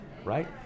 right